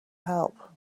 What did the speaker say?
help